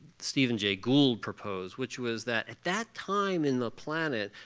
stephen j. gould proposed, which was that that time in the planet,